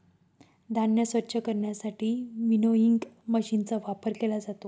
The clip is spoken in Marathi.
धान्य स्वच्छ करण्यासाठी विनोइंग मशीनचा वापर केला जातो